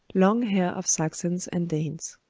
long hair of saxons and danes.